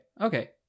okay